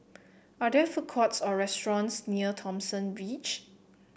are there food courts or restaurants near Thomson Ridge